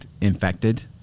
infected